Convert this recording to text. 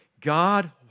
God